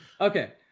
okay